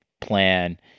plan